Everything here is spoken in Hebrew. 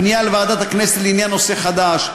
פנייה לוועדת הכנסת לעניין נושא חדש.